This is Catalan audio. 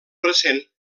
recent